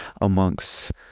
amongst